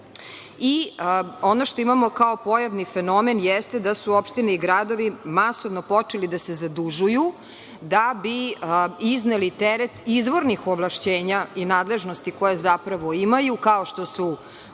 Ono što imamo kao pojavni fenomen jeste da su opštine i gradovi masovno počeli da se zadužuju da bi izneli teret izvornih ovlašćenja i nadležnosti koje zapravo imaju, kao što su održavanje i krečenje